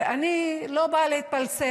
ואני לא באה להתפלסף.